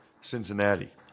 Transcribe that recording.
Cincinnati